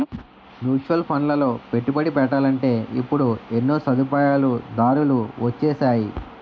mutual ఫండ్లలో పెట్టుబడి పెట్టాలంటే ఇప్పుడు ఎన్నో సదుపాయాలు దారులు వొచ్చేసాయి